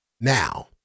Now